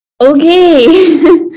Okay